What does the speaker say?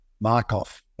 Markov